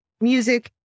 music